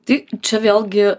tai čia vėlgi